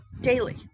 daily